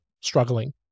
struggling